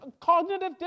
cognitive